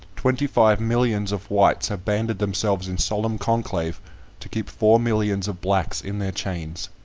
twenty-five millions of whites have banded themselves in solemn conclave to keep four millions of blacks in their chains.